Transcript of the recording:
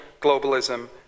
Globalism